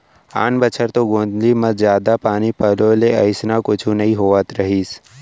आन बछर तो गोंदली म जादा पानी पलोय ले अइसना कुछु नइ होवत रहिस